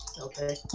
Okay